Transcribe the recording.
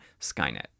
Skynet